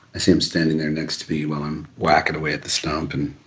i see him standing there next to me while i'm whacking away at the stump. and